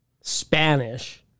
Spanish